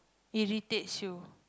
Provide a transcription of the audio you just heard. irritates you